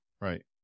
Right